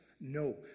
No